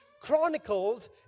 chronicled